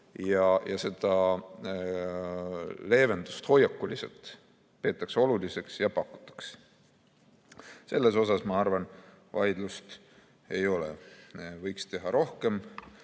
ja seda leevendust hoiakuliselt peetakse oluliseks ja pakutakse. Selles osas, ma arvan, vaidlust ei ole. Võiks teha rohkem.